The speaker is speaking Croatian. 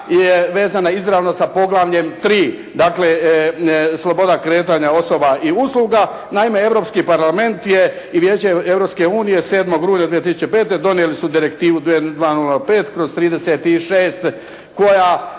je vezana izravno sa poglavljem tri, dakle sloboda kretanja osoba i usluga. Naime, Europski parlament je i Vijeće Europske unije 7. rujna 2005. donijeli su direktivu 2005/36 koja